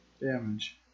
damage